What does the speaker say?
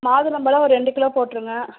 மாதுளம்பழம் ஒரு ரெண்டு கிலோ போட்டுருங்க